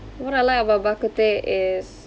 what I like about bak kut teh is